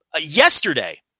yesterday